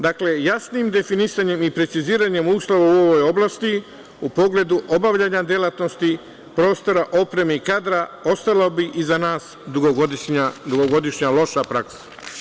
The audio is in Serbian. Dakle, jasnim definisanjem i preciziranjem uslova u ovoj oblasti, u pogledu obavljanja delatnosti, prostora, opreme i kadra, ostala bi iza nas dugogodišnja loša praksa.